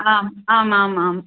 आम् आमामाम्